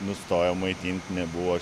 nustojom maitint nebuvo